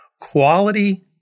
Quality